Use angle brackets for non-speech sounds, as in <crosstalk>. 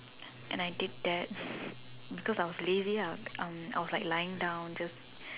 and I did that <breath> because I was lazy lah um I was like lying down just